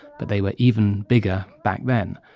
but they were even bigger back then.